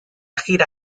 gira